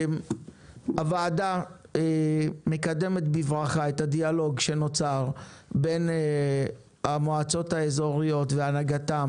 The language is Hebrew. הוועדה מקדמת בברכה את הדיאלוג שנוצר בין המועצות האזוריות והנהגתן